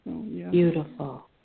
Beautiful